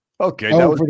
Okay